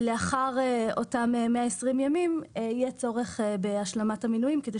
לאחר אותם 120 ימים יהיה צורך בהשלמת המינויים.